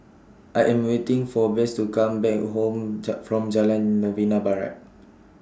I Am waiting For Bess to Come Back Home from Jalan Novena Barat